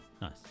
Nice